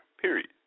period